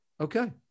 Okay